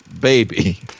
baby